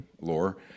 lore